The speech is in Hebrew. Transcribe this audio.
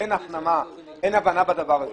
אין הפנמה, אין הבנה בדבר הזה.